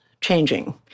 changing